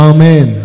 Amen